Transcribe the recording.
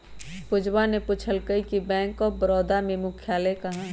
पूजवा ने पूछल कई कि बैंक ऑफ बड़ौदा के मुख्यालय कहाँ हई?